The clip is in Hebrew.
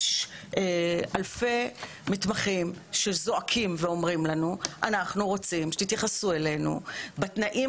יש אלפי מתמחים שזועקים ואומרים לנו: אנחנו רוצים שתתייחסו אלינו בתנאים